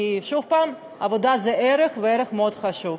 כי שוב, עבודה זה ערך, וערך מאוד חשוב.